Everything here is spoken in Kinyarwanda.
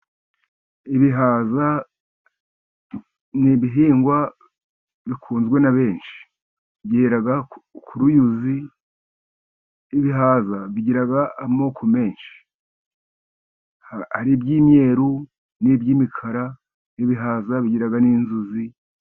Ibihaza ni ibihingwa bikunzwe na benshi. Byera ku ruyuzi. Ibihaza bigira amoko menshi. Hari iby'imyeru, n'iby'imikara, n'ibihaza bigira n'inzuzi.